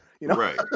right